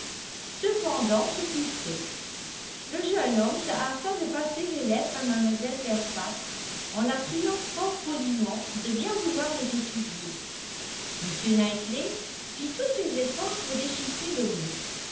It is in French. cependant ce fut fait le jeune homme se hâta de passer les lettres à mlle fairfax en la priant fort poliment de bien vouloir les étudier m knightley fit tous ses efforts pour déchiffrer le mot